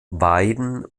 weiden